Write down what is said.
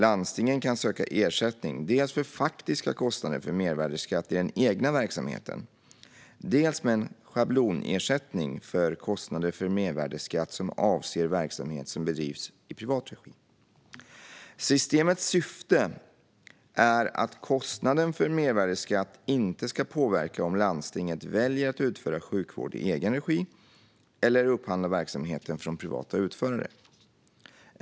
Landstingen kan söka ersättning dels för faktiska kostnader för mervärdesskatt i den egna verksamheten, dels med en schablonersättning för kostnader för mervärdesskatt som avser verksamhet som bedrivs i privat regi. Systemets syfte är att kostnaden för mervärdesskatt inte ska påverka om landstinget väljer att utföra sjukvård i egen regi eller upphandla verksamheten från privata utförare.